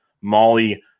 Molly